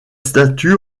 statues